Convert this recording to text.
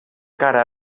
cara